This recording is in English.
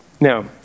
Now